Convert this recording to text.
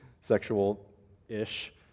sexual-ish